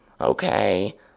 Okay